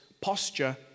posture